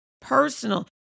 Personal